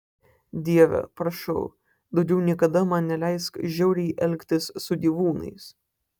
dieve prašau daugiau niekada man neleisk žiauriai elgtis su gyvūnais